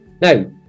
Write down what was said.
Now